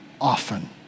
Often